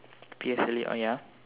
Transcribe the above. P S L E oh ya